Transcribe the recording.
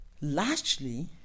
largely